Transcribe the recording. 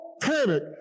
panic